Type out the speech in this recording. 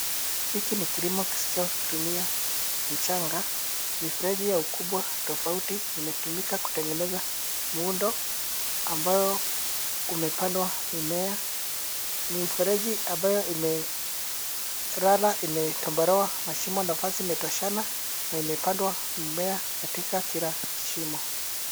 Hiki ni kilimo kisichotumia mchanga. Mifereji ya ukubwa tofauti imetumika kutengeza muundo ambayo umepandwa mimea. Mifereji ambayo imelala imetobolewa mashimo nafasi imetoshana na imepandwa mmea katika kila shimo.